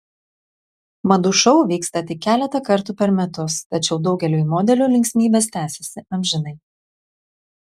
madų šou vyksta tik keletą kartų per metus tačiau daugeliui modelių linksmybės tęsiasi amžinai